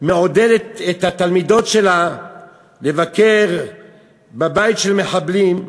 מעודדת את התלמידות שלה לבקר בבית של מחבלים,